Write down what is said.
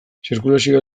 zirkulazioa